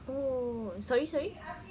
oh sorry sorry